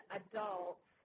adults